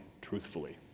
truthfully